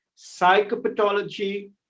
psychopathology